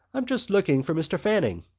i'm just looking for mr. fanning.